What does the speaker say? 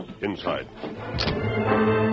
Inside